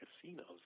casinos